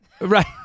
Right